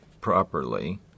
properly